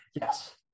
yes